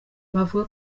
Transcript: bavuga